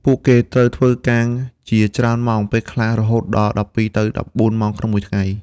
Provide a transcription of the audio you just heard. ពួកគេត្រូវធ្វើការជាច្រើនម៉ោង ពេលខ្លះរហូតដល់ ១២ ទៅ ១៤ ម៉ោងក្នុងមួយថ្ងៃ។